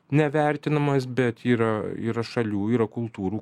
nevertinamas bet yra yra šalių yra kultūrų